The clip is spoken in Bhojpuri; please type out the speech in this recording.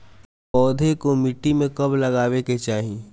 पौधे को मिट्टी में कब लगावे के चाही?